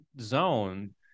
zone